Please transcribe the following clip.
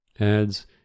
adds